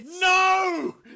No